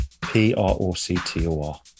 p-r-o-c-t-o-r